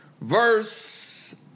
Verse